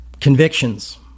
convictions